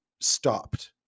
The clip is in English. stopped